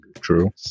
true